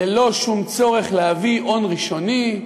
ללא שום צורך להביא הון ראשוני,